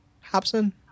Hobson